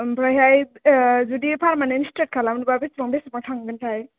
आमफ्रायहाय जुदि permanent straight खालामोब्ला बेसेबां बेसेबां थांगोन थाय